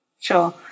Sure